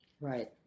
Right